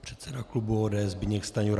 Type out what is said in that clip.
Předseda klubu ODS Zbyněk Stanjura.